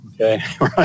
Okay